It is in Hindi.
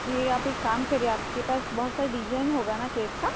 ये आप एक काम करिए आपके पास बहुत सारे डिजेन होंगे ना केक के